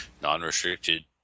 non-restricted